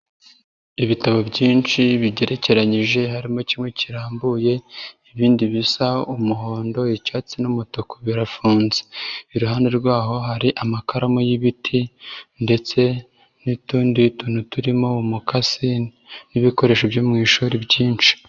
Ibitabo byinshi bigerekeranyije harimo kimwe kirambuye ibindi bisa umuhondo, icyatsi n'umutuku birafunze. Iruhande rwaho hari amakaramu y'ibiti ndetse n'utundi tuntu turimo umukasi n'ibikoresho byo mu ishuri byinshi.